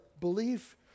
belief